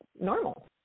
normal